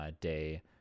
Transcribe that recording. day